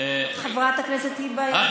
חברת הכנסת היבה יזבק,